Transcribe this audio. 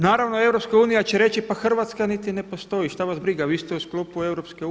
Naravno EU će reći, pa Hrvatska niti ne postoji, šta vas briga, vi ste u sklopu EU.